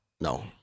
No